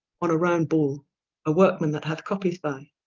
on a round ball a workeman that hath copies by,